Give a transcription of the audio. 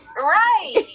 right